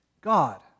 God